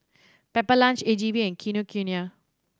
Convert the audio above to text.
Pepper Lunch A G V and Kinokuniya